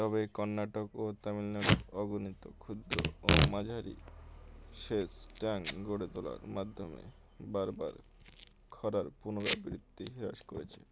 তবে কর্ণাটক ও তামিলনাড়ু অগণীত ক্ষুদ্র ও মাঝারি শেষ ট্যাং গড়ে তোলার মাধ্যমে বারবার খরার পুনরাবৃত্তি হিরাস করেছে